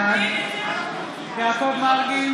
בעד יעקב מרגי,